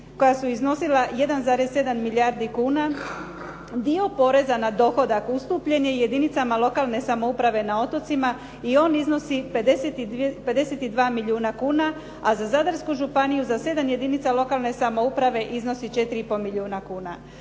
koja su iznosila 1,7 milijardi kuna dio poreza na dohodak ustupljen je jedinicama lokalne samouprave na otocima i on iznosi 52 milijuna kuna, a za Zadarsku županiju za 7 jedinica lokalne samouprave iznosi 4 i pol milijuna kuna.